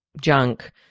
junk